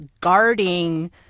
guarding